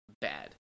bad